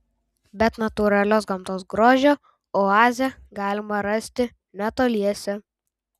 bet natūralios gamtos grožio oazę galima rasti netoliese